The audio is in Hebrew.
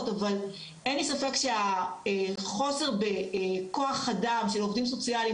אבל אין לי ספק שחוסר בכוח אדם של עובדים סוציאליים